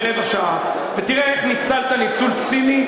רבע שעה ותראה איך ניצלת ניצול ציני,